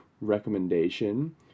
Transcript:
recommendation